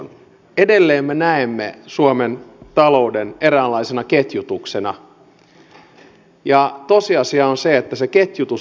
edelleen me näemme suomen talouden eräänlaisena ketjutuksena ja tosiasia on se että se ketjutus lähtee kilpailukyvystä